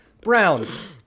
Browns